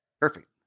Perfect